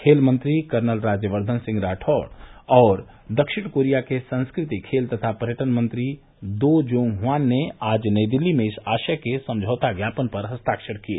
खेल मंत्री कर्नल राज्यवर्द्धन सिंह राठौड़ और दक्षिण कोरिया के संस्कृति खेल तथा पर्यटन मंत्री दो जोंग ह्वान ने आज नई दिल्ली में इस आशय के समझौता ज्ञापन पर हस्ताक्षर किए